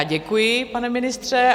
Děkuji, pane ministře.